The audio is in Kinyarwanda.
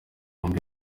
wumve